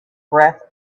breath